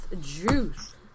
juice